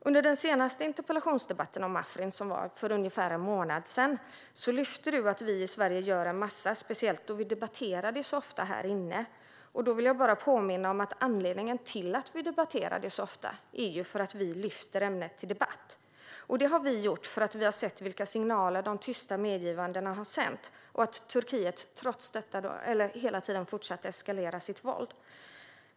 Under den senaste interpellationsdebatten om Afrin för ungefär en månad sedan lyfte Margot Wallström fram att vi i Sverige gör en massa saker, speciellt då detta debatteras så ofta här. Då vill jag bara påminna om att anledningen till att detta debatteras så ofta är att vi i Vänsterpartiet lyfter fram ämnet till debatt. Det har vi gjort för att vi har sett vilka signaler de tysta medgivandena har sänt och att Turkiet hela tiden fortsatt att eskalera sitt våld.